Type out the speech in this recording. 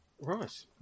Right